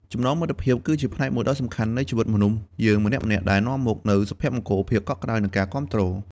ចំណងមិត្តភាព គឺជាផ្នែកមួយដ៏សំខាន់នៃជីវិតមនុស្សយើងម្នាក់ៗ ដែលនាំមកនូវសុភមង្គល ភាពកក់ក្ដៅ និងការគាំទ្រ។